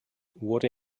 wurde